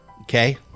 okay